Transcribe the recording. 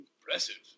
Impressive